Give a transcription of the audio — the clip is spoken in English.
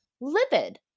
livid